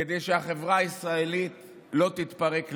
כדי שהחברה הישראלית לא תתפרק לגמרי.